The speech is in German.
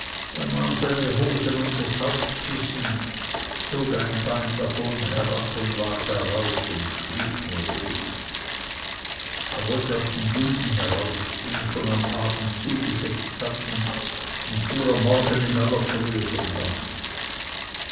unters hauptkissen zog ein bein davon herab und lag darauf und schlief nur wellig er wollte aus den juden heraus die ihm schon am abend zugesetzt hatten und fuhr am morgen in aller frühe von dannen